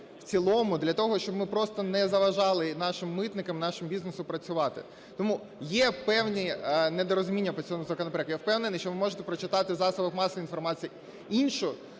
для того, щоб ми просто не заважали нашим митникам, нашому бізнесу працювати. Тому є певні непорозуміння по цьому законопроекту. Я впевнений, що ви можете прочитати в засобах масової інформації інше